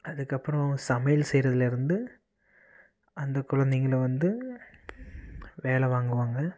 அதுக்கப்புறம் சமையல் செய்கிறதுலருந்து அந்த குழந்தைங்கள வந்து வேலை வாங்குவாங்க